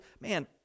man